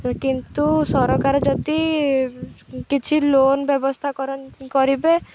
କିନ୍ତୁ ସରକାର ଯଦି କିଛି ଲୋନ୍ ବ୍ୟବସ୍ଥା କରିବେ